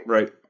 Right